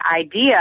idea